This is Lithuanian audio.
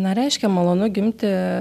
na reiškia malonu gimti